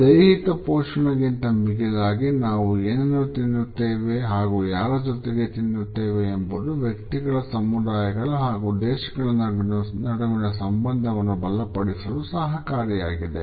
ದೈಹಿಕ ಪೋಷಣೆಗಿಂತ ಮಿಗಿಲಾಗಿ ನಾವು ಏನನ್ನು ತಿನ್ನುತ್ತೇವೆ ಹಾಗೂ ಯಾರ ಜೊತೆಗೆ ತಿನ್ನುತ್ತೇವೆ ಎಂಬುದು ವ್ಯಕ್ತಿಗಳ ಸಮುದಾಯಗಳ ಹಾಗೂ ದೇಶಗಳ ನಡುವಿನ ಸಂಬಂಧವನ್ನು ಬಲಪಡಿಸಲು ಸಹಕಾರಿಯಾಗಿದೆ